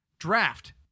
Draft